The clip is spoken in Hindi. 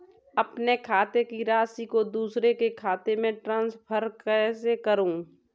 अपने खाते की राशि को दूसरे के खाते में ट्रांसफर कैसे करूँ?